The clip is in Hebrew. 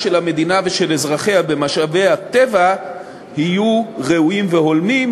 של המדינה ושל אזרחיה במשאבי הטבע יהיו ראויים והולמים,